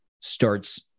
starts